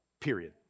period